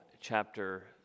chapter